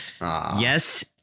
Yes